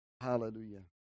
Hallelujah